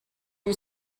you